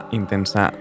intensa